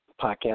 podcast